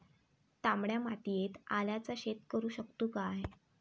तामड्या मातयेत आल्याचा शेत करु शकतू काय?